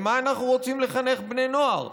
לְמה אנחנו רוצים לחנך בני נוער?